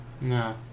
No